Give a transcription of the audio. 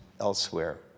elsewhere